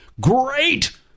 Great